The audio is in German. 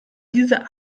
dieser